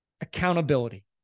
Accountability